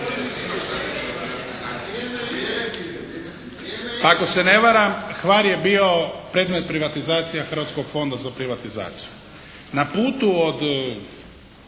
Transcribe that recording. Ako se ne varam Hvar je bio predmet privatizacije Hrvatskog fonda za privatizaciju. Na putu od